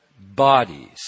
bodies